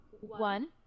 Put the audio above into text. One